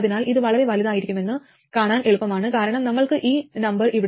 അതിനാൽ ഇത് വളരെ വലുതായിരിക്കുമെന്ന് കാണാൻ എളുപ്പമാണ് കാരണം നമ്മൾക്ക് ഈ നമ്പർ ഇവിടെയുണ്ട് gmrdsR1